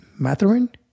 Matherin